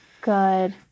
Good